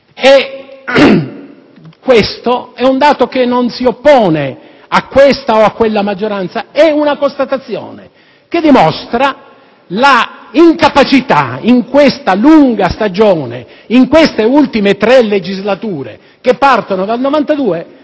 povera. È un dato che non si oppone a questa o quella maggioranza: è una constatazione che dimostra la incapacità, in questa lunga stagione, in queste ultime tre legislature che partono dal 1992,